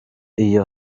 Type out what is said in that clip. iyo